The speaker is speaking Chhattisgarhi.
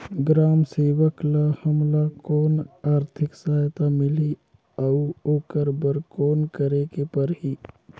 ग्राम सेवक ल हमला कौन आरथिक सहायता मिलही अउ ओकर बर कौन करे के परही?